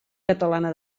catalana